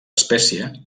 espècie